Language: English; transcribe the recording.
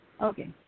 Okay